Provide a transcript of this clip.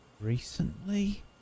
recently